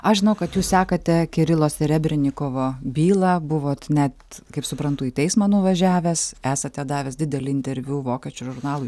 aš žinau kad jūs sekate kirilo serebrinikovo bylą buvot net kaip suprantu į teismą nuvažiavęs esate davęs didelį interviu vokiečių žurnalui